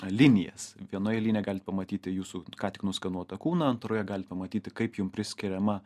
linijas vienoj linijoj galit pamatyti jūsų ką tik nuskanuotą kūną antroje galit pamatyti kaip jum priskiriama